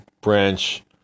branch